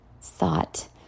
thought